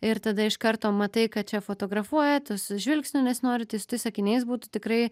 ir tada iš karto matai kad čia fotografuoja tas žvilgsnio nesinori tai su tais akiniais būtų tikrai